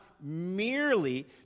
merely